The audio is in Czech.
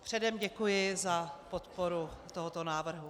Předem děkuji za podporu tohoto návrhu.